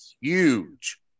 huge